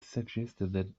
suggested